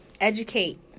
Educate